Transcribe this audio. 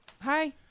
Hi